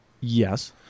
Yes